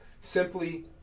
simply